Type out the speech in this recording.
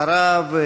אחריו,